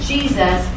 Jesus